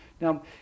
Now